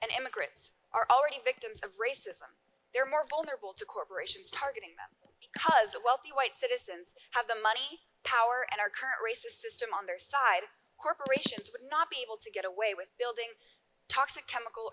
and immigrants are already victims of racism they're more vulnerable to corporations targeting them because the wealthy white citizens have the money power and our current racist system on their side corporations would not be able to get away with building toxic chemical